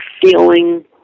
feeling